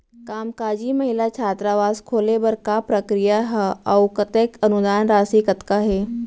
कामकाजी महिला छात्रावास खोले बर का प्रक्रिया ह अऊ कतेक अनुदान राशि कतका हे?